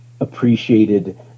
appreciated